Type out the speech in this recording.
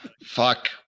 fuck